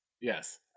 Yes